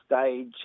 stage